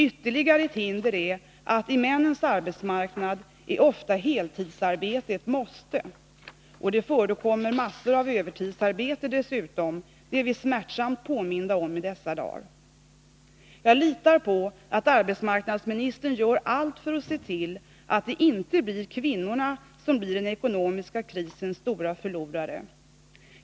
Ytterligare ett hinder är att på männens arbetsmarknad är ofta heltidsarbete ett måste, och att det förekommer massor av övertidsarbete dessutom, är vi smärtsamt påminda om i dessa dagar. Jag litar på att arbetsmarknadsministern gör allt för att se till att det inte blir kvinnorna som blir den ekonomiska krisens stora förlorare.